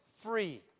free